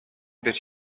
that